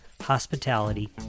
hospitality